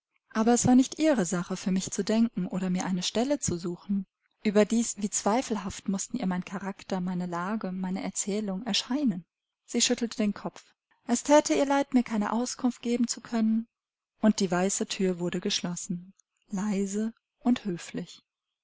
aber es war nicht ihre sache für mich zu denken oder mir eine stelle zu suchen überdies wie zweifelhaft mußten ihr mein charakter meine lage meine erzählung erscheinen sie schüttelte den kopf es thäte ihr leid mir keine auskunft geben zu können und die weiße thür wurde geschlossen leise und höflich